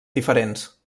diferents